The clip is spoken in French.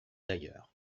d’ailleurs